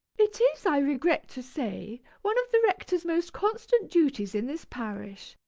it is, i regret to say, one of the rector's most constant duties in this parish.